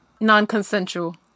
Non-consensual